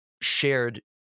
shared